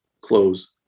close